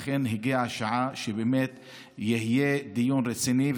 הגיעה השעה שבאמת יהיה דיון רציני,